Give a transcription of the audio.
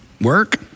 Work